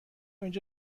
اینجا